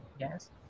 yes